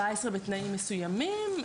מגיל 14 בתנאים מסוימים.